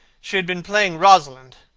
she had been playing rosalind.